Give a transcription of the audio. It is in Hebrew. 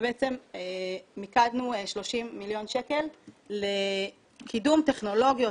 ובעצם מיקדנו 30 מיליון שקל לקידום טכנולוגיות